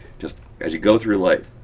just as you go through life,